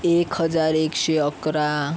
एक हजार एकशे अकरा